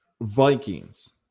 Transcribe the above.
Vikings